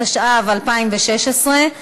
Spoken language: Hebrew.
התשע"ו 2016,